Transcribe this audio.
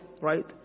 Right